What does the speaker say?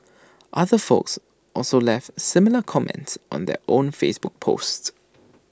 other folks also left similar comments on their own Facebook post